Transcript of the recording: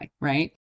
right